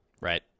right